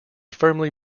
firmly